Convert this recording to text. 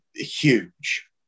huge